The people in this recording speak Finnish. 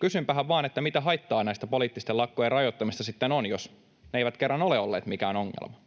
Kysynpähän vain, että mitä haittaa näitten poliittisten lakkojen rajoittamisesta sitten on, jos ne eivät kerran ole olleet mikään ongelma.